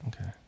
Okay